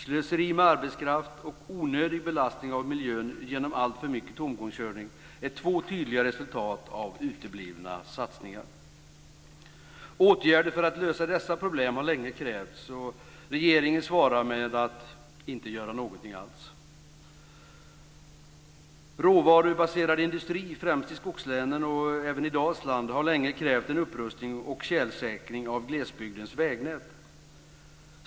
Slöseri med arbetskraft och onödig belastning av miljön genom alltför mycket tomgångskörning är två tydliga resultat av uteblivna satsningar. Åtgärder för att lösa dessa problem har länge krävts. Regeringen svarar med att inte göra någonting alls. Råvarubaserad industri, främst i skogslänen och även i Dalsland, har länge krävt en upprustning och tjälsäkring av glesbygdens vägnät.